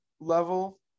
level